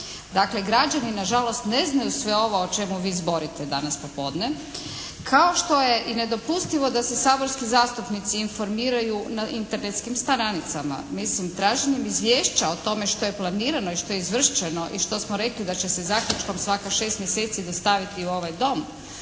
Dakle, građani nažalost ne znaju sve ovo o čemu vi zborite danas popodne kao što je i nedopustivo da se saborski zastupnici informiraju na internetskim stranicama. Mislim, traženjem izvješća o tome što je planirano i što je izvršeno i što smo rekli da će se zaključkom svakih šest mjeseci dostaviti u ovaj dom,